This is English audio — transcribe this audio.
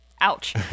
Ouch